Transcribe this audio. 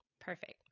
Perfect